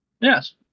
Yes